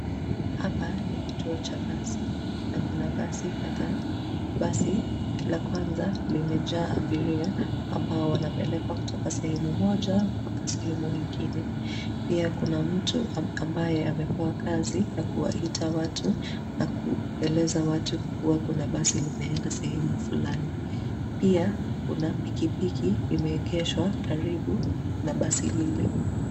Hapa, ni kituo cha basi, na kuna basi kadhaa. Basi la kwanza, limejaa abiria, ambao wanapelekwa kutoka sehemu moja, mpaka sehemu nyingine. Pia kuna mtu ambaye amepewa kazi, ya kuwaita watu, na kueleza watu kuwa kuna basi linaenda sehemu fulani. Pia, kuna pikipiki, imeegeshwa karibu na basi lile,